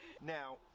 Now